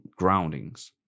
groundings